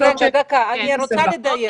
אני רוצה לדייק.